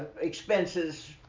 expenses